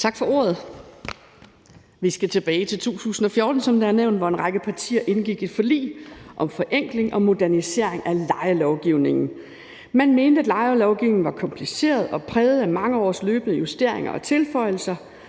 Tak for ordet. Vi skal tilbage til 2014, som det er nævnt, hvor en række partier indgik et forlig om forenkling og modernisering af lejelovgivningen. Man mente, at lejelovgivningen var kompliceret og præget af mange års løbende justeringer og tilføjelser.